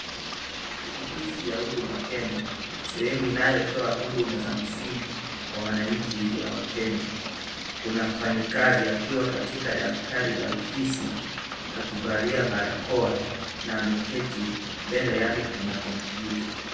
Ofisi ya Huduma Kenya sehemu inayotoa huduma za msingi kwa wananchi ya wakenya kuna mfanyikazi akiwa katika daftari la ofisi akivalia barakoa na ameketi mbele yake kuna kompyuta.